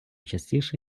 частіше